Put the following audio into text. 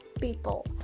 people